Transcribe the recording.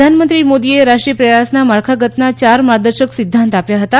પ્રધાનમંત્રી મોદીએ રાષ્ટ્રીય પ્રયાસના માળખાગતન ચાર માર્ગદર્શક સિધ્ધાંત આપ્યા હતા